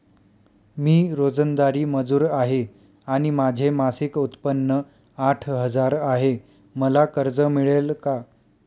मी रोजंदारी मजूर आहे आणि माझे मासिक उत्त्पन्न आठ हजार आहे, मला कर्ज मिळेल का?